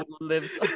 lives